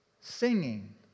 singing